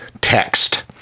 text